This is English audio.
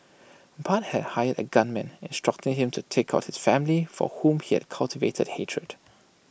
Bart had hired A gunman instructing him to take out his family for whom he had cultivated hatred